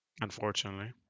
Unfortunately